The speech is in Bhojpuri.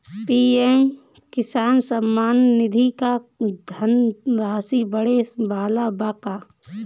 पी.एम किसान सम्मान निधि क धनराशि बढ़े वाला बा का?